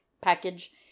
package